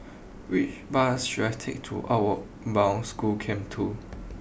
which bus should I take to Outward Bound School Camp two